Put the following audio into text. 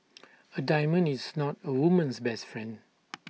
A diamond is not A woman's best friend